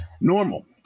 Normal